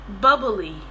Bubbly